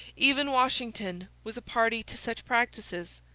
even washington was a party to such practices.